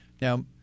Now